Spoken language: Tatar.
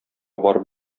барып